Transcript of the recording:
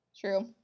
True